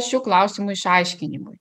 šių klausimų išaiškinimui